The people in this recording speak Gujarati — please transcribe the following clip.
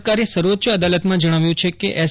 ટી કેન્દ્ર સરકારે સર્વોચ્ચ અદાલતમાં જણાવ્યું છે કે એસ